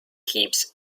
keeps